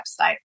website